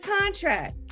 contract